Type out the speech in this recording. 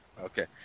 Okay